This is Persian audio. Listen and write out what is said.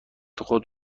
خود